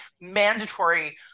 mandatory